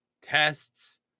tests